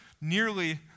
Nearly